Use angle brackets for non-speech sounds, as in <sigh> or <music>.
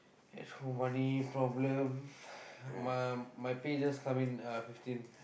there's so many problems <breath> my my pay just come in uh fifteen